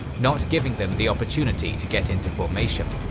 not giving them the opportunity to get into formation.